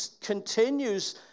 continues